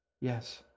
Yes